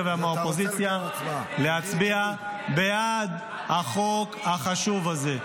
ומהאופוזיציה להצביע בעד החוק החשוב הזה.